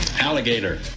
Alligator